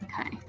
Okay